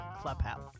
Clubhouse